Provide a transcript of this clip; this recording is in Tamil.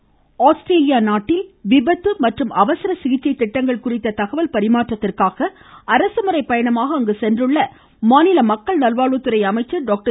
விஜயபாஸ்கர் ஆஸ்திரேலிய நாட்டில் விபத்து மற்றும் அவசர சிகிச்சை திட்டங்கள் குறித்த தகவல் பரிமாற்றத்திற்காக அரசுமுறை பயணமாக அங்கு சென்றுள்ள மாநில மக்கள் நல்வாழ்வுத்துறை அமைச்சர் டாக்டர்